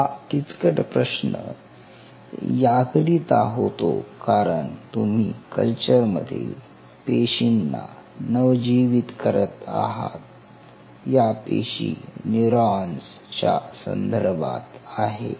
हा किचकट प्रश्न याकरिता होतो कारण तुम्ही कल्चर मधील पेशींना नवजीवित करत आहात या पेशी न्यूरॉन्स च्या संदर्भात आहे